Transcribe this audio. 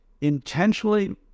intentionally